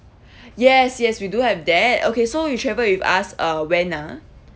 yes yes we do have that okay so you travel with us uh when ah